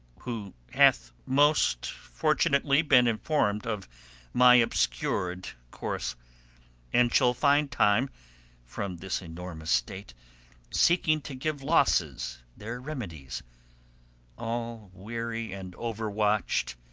who hath most fortunately been inform'd of my obscured course and shall find time from this enormous state seeking to give losses their remedies all weary and o'erwatch'd,